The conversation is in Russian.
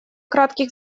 кратких